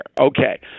Okay